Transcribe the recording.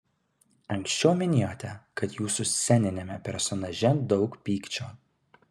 anksčiau minėjote kad jūsų sceniniame personaže daug pykčio